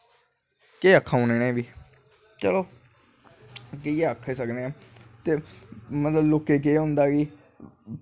केह् आक्खा इ'नेंगी चलो इयै आक्खी सकनें आं ते लोकें इ'यै होंदा कि